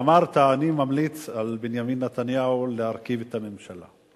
ואמרת: אני ממליץ על בנימין נתניהו להרכיב את הממשלה.